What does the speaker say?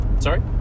Sorry